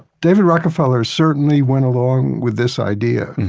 david rockefeller certainly went along with this idea,